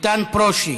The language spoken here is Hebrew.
איתן ברושי,